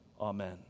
Amen